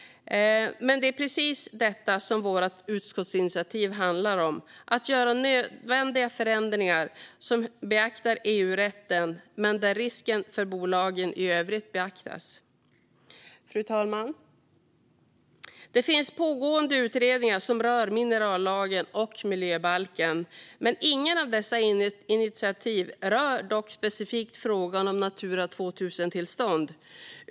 Det är precis detta som vårt utskottsinitiativ handlar om: att göra nödvändiga förändringar som beaktar EU-rätten men där risken för bolagen i övrigt beaktas. Fru talman! Det finns pågående utredningar som rör minerallagen och miljöbalken. Inget av dessa initiativ rör dock specifikt frågan om Natura 2000-tillstånd.